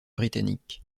britannique